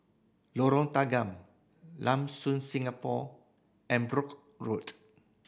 Lorong Tanggam Lam Soon Singapore and Brooke Road